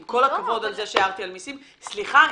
עם כל הכבוד על זה שהערתי על מיסים סליחה,